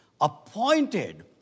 appointed